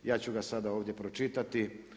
Ja ću ga sada ovdje pročitati.